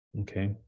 Okay